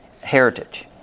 Heritage